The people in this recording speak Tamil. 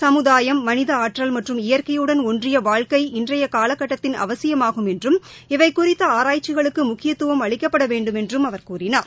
சமுதாயம் மனித ஆற்றல் மற்றும் இயற்கையுடன் ஒன்றிய வாழ்க்கை இன்றைய காலக்கட்டத்தின் அவசியமாகும் என்றும் இவை குறித்த ஆராய்ச்சிகளுக்கு முக்கியத்துவம் அளிக்கப்பட வேண்டுமென்றும் அவர் கூறினார்